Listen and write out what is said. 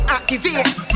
Activate